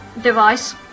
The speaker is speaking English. device